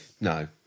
No